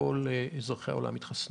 שכל אזרחי העולם יתחסנו.